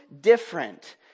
different